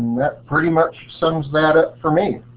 that pretty much sums that up for me.